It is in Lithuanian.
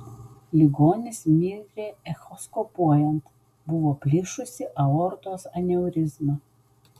ligonis mirė echoskopuojant buvo plyšusi aortos aneurizma